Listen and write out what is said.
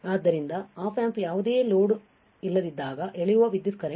ಆದ್ದರಿಂದ ಆಪ್ ಆಂಪ್ಗೆ ಯಾವುದೇ ಲೋಡ್ ಇಲ್ಲದಿದ್ದಾಗ ಎಳೆಯುವ ವಿದ್ಯುತ್ ಕರೆಂಟ್